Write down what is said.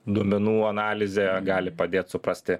duomenų analizė gali padėt suprasti